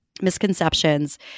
misconceptions